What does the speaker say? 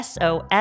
SOS